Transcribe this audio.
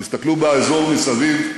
תסתכלו באזור מסביב,